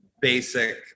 basic